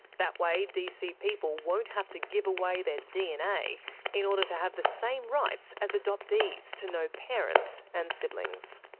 that way, dc people won't have to give away their dna in order to have the same rights as adoptees to know parents and siblings.